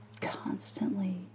constantly